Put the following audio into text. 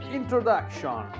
introduction